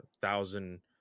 thousand